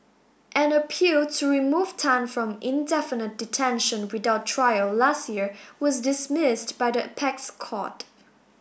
an appeal to remove Tan from indefinite detention without trial last year was dismissed by the apex court